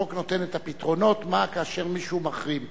החוק נותן את הפתרונות כאשר מישהו מחרים.